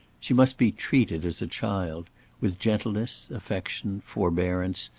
she must be treated as a child with gentleness, affection, forbearance,